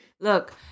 Look